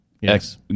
Yes